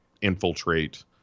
infiltrate